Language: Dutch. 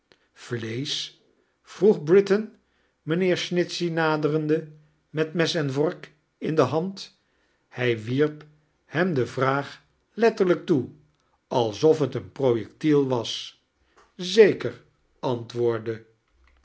vleesch vroeg britain mijnheer snitchey naderende met mes en vork in de hand hij wierp hem de vraag letterlijk toe als of t een projectiel was zeker antwoordde